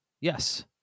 Yes